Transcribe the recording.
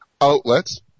outlets